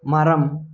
மரம்